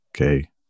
okay